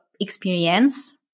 experience